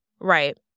Right